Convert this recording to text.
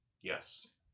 Yes